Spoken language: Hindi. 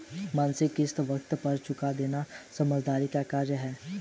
मासिक किश्त वक़्त पर चूका देना ही समझदारी का कार्य है